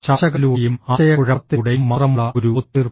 ചർച്ചകളിലൂടെയും ആശയക്കുഴപ്പത്തിലൂടെയും മാത്രമുള്ള ഒരു ഒത്തുതീർപ്പ്